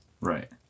right